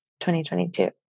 2022